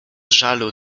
żalu